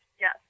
yes